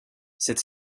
cette